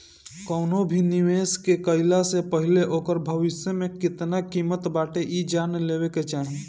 कवनो भी निवेश के कईला से पहिले ओकर भविष्य में केतना किमत बाटे इ जान लेवे के चाही